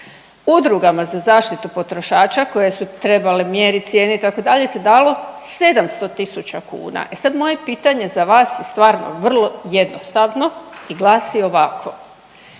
Udrugama za zaštitu potrošača koje su trebale mjerit cijene itd. se dalo 700 tisuća kuna. E sad moje pitanje za vas stvarno vrlo jednostavno i glasi ovako.